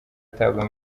atabwa